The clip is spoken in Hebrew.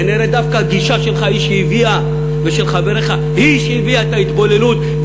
ונראה שדווקא הגישה שלך ושל חבריך היא שהביאה את ההתבוללות,